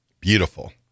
Beautiful